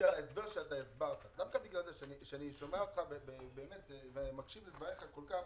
אני מאוד מקשיב לך,